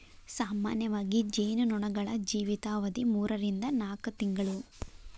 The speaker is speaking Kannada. ಸಾಮಾನ್ಯವಾಗಿ ಜೇನು ನೊಣಗಳ ಜೇವಿತಾವಧಿ ಮೂರರಿಂದ ನಾಕ ತಿಂಗಳು